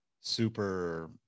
super